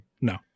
no